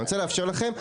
אני רוצה לאפשר לכם,